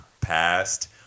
past